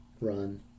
run